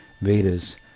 Vedas